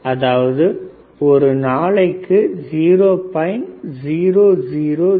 அதாவது ஒரு நாளைக்கு 0